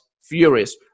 furious